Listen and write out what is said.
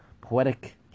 Poetic